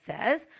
says